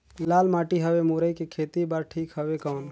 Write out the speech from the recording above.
लाल माटी हवे मुरई के खेती बार ठीक हवे कौन?